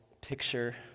picture